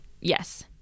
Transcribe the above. Yes